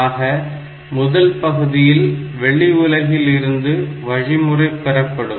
ஆக முதல் பகுதியில் வெளி உலகில் இருந்து வழிமுறை பெறப்படும்